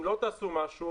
אם לא תעשו משהו,